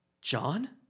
John